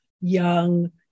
young